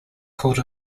called